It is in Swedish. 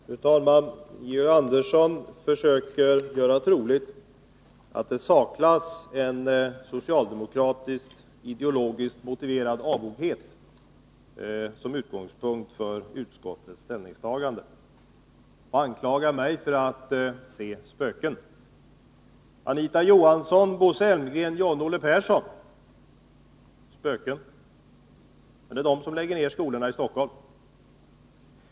Fru talman! Georg Andersson försöker göra troligt att det saknas en socialdemokratisk, ideologiskt motiverad avoghet som utgångspunkt för utskottets ställningstagande. Han anklagar mig för att se spöken. Annika Johansson, Bosse Elmgren, John-Olle Persson — är det spöken? Det är de som lägger ner skolorna i Stockholm.